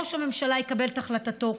ראש הממשלה יקבל את החלטתו.